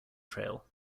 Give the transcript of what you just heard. trail